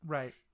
Right